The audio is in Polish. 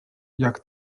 jak